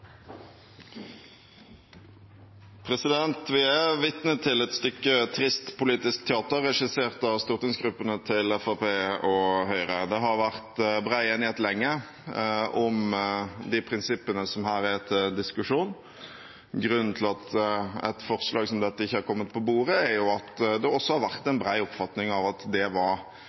Vi er vitne til et stykke trist politisk teater, regissert av stortingsgruppene til Fremskrittspartiet og Høyre. Det har vært bred enighet lenge om de prinsippene som her er til diskusjon. Grunnen til at et forslag som dette ikke har kommet på bordet, er at det har vært en bred oppfatning av at det var